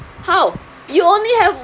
how you only have